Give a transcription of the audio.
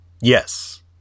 Yes